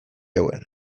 zuten